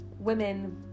women